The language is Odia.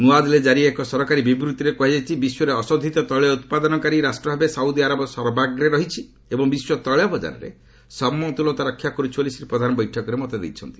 ନୂଆଦିଲ୍ଲୀରେ ଜାରି ଏକ ସରକାରୀ ବିବୃତିରେ କୁହାଯାଇଛି ବିଶ୍ୱରେ ଅଶୋଧିତ ତୈଳ ଉତ୍ପାଦକାରୀ ରାଷ୍ଟ୍ରଭାବେ ସାଉଦି ଆରବ ସର୍ବାଗ୍ରେ ରହିଛି ଏବଂ ବିଶ୍ୱ ତେିଳ ବଜାରରେ ସମତୁଲତା ରକ୍ଷା କରୁଛି ବୋଲି ଶ୍ରୀ ପ୍ରଧାନ ବୈଠକ ସମୟରେ ମତ ଦେଇଛନ୍ତି